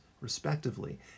respectively